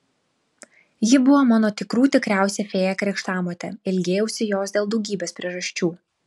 ji buvo mano tikrų tikriausia fėja krikštamotė ilgėjausi jos dėl daugybės priežasčių